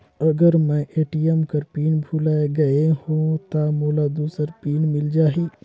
अगर मैं ए.टी.एम कर पिन भुलाये गये हो ता मोला दूसर पिन मिल जाही?